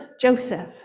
Joseph